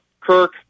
Kirk